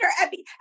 epi